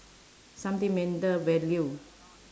sentimental value